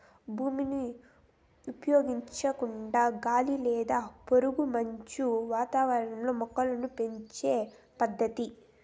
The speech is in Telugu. భూమిని ఉపయోగించకుండా గాలి లేదా పొగమంచు వాతావరణంలో మొక్కలను పెంచే పద్దతి